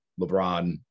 lebron